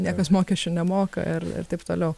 niekas mokesčių nemoka ir ir taip toliau